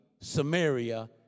Samaria